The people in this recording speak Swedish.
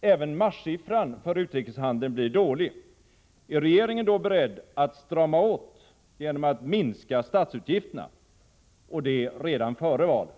även marssiffran för utrikeshandeln blir dålig, är regeringen då beredd att strama åt genom att minska statsutgifterna, och det redan före valet?